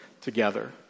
together